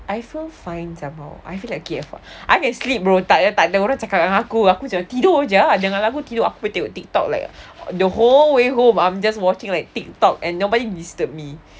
I feel fine apa I feel like okay I'm fine I can sleep bro tak ada tak ada orang cakap dengan aku aku jer tidur jer janganlah aku tidur aku boleh tengok tiktok like the whole way home I'm just watching like tiktok and nobody disturb me